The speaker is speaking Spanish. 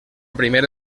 primera